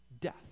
death